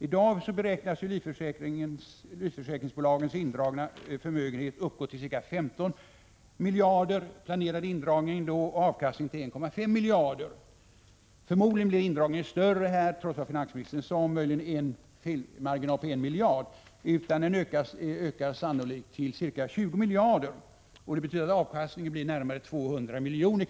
I dag beräknas den planerade indragningen av livförsäkringsbolagens förmögenheter uppgå till ca 15 miljarder och avkastningen till 1,5 miljarder. Förmodligen blir indragningen större, trots vad finansministern sade om en möjlig felmarginal på 1 miljard. Den ökar sannolikt till 20 miljarder. Det betyder att avkastningen blir närmare 2 miljarder.